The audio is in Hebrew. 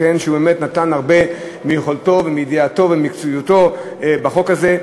שנתן הרבה מיכולתו ומידיעתו וממקצועיותו בחוק הזה.